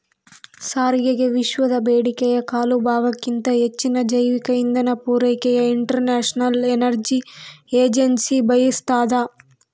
ಸಾರಿಗೆಗೆವಿಶ್ವದ ಬೇಡಿಕೆಯ ಕಾಲುಭಾಗಕ್ಕಿಂತ ಹೆಚ್ಚಿನ ಜೈವಿಕ ಇಂಧನ ಪೂರೈಕೆಗೆ ಇಂಟರ್ನ್ಯಾಷನಲ್ ಎನರ್ಜಿ ಏಜೆನ್ಸಿ ಬಯಸ್ತಾದ